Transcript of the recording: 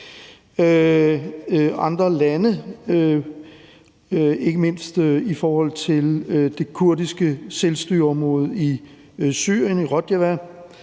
andre lande, ikke mindst i forhold til det kurdiske selvstyreområde i Syrien, Rojava.